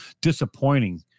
disappointing